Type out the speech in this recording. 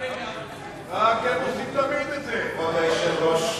כבוד היושב-ראש,